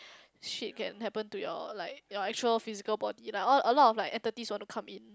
shit can happen to your like your actual physical body lah orh a lot of like entities would want to come in